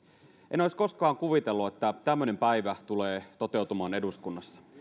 en olisi koskaan kuvitellut että tämmöinen päivä tulee toteutumaan eduskunnassa